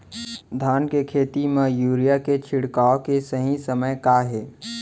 धान के खेती मा यूरिया के छिड़काओ के सही समय का हे?